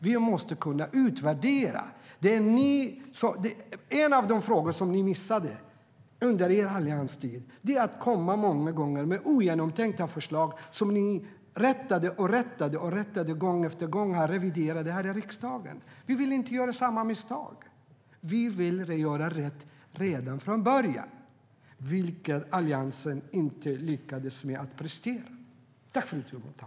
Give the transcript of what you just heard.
Vi måste kunna utvärdera.